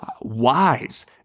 wise